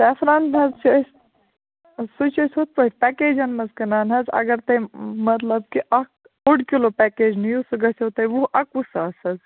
saffron حظ چھُ اَسہِ سُہ چھِ أسۍ ہُتھٕ پٲٹھۍ پٮ۪کیجَن منٛز کٕنان حظ اگر تٔمۍ مطلب کہِ اَکھ اوٚڑ کِلوٗ پٮ۪کیج نِیِو سُہ گژھٮ۪و تۄہہِ وُہ اَکہٕ وُہ ساس حظ